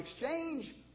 exchange